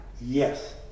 Yes